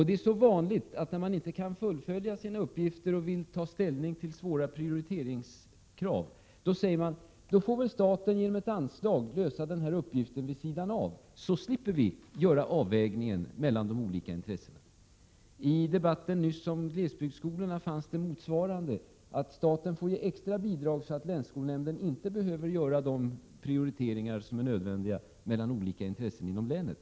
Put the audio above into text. Det är så vanligt när man inte kan fullfölja sina uppgifter eller inte vill ta ställning till svåra prioriteringskrav att man säger: Då får väl staten genom ett anslag lösa den här uppgiften vid sidan av, så slipper vi göra avvägningen mellan de olika intressena. I debatten nyss om glesbygdsskolorna fanns motsvarande tankar, att staten skulle ge extra bidrag så att länsskolnämnden inte behövde göra de prioriteringar som är nödvändiga mellan olika intressen inom länet.